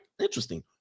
Interesting